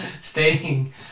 stating